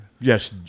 yes